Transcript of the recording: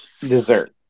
dessert